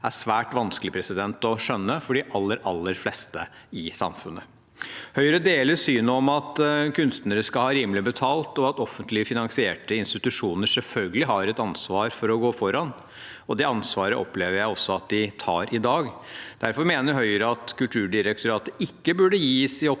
er svært vanskelig å skjønne for de aller fleste i samfunnet. Høyre deler synet om at kunstnere skal ha rimelig betalt, og at offentlig finansierte institusjoner selvfølgelig har et ansvar for å gå foran. Det ansvaret opplever jeg også at de tar i dag. Derfor mener Høyre at Kulturdirektoratet ikke burde gis i oppdrag